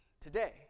today